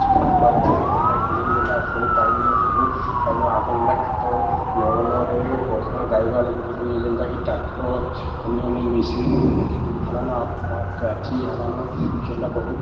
କିଛୁ ନାଇଁ ପାଉଥିଲେ କି ଯେନ୍ତାକି ଯେନ୍ତା ସବୁ ପାଇଲୁନ ସବୁ ପାଇଲୁନ ଆଗ ଯେନ୍ତା କ୍ଷେତ ନଙ୍ଗଲରେ ବର୍ତ୍ତମାନ ଗାଈ ଗୁହାଲରେ ଜୁଉଥିଲେ ଯେନ୍ତାକି ଟ୍ରାକ୍ଟର୍ ଅନ୍ୟାନ୍ୟ ମେସିନ୍ ହେଲାନ ହେଲାନ କେନ୍ଟା ବହୁତ୍